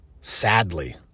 sadly